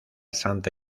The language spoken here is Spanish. santa